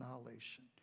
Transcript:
annihilation